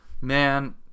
man